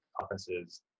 conferences